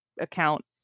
account